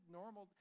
normal